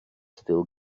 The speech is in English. still